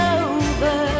over